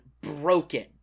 broken